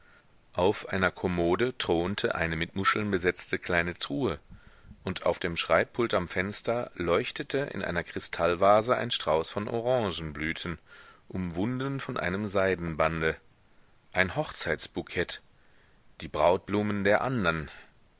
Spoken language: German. auf einer kommode thronte eine mit muscheln besetzte kleine truhe und auf dem schreibpult am fenster leuchtete in einer kristallvase ein strauß von orangenblüten umwunden von einem seidenbande ein hochzeitsbukett die brautblumen der andern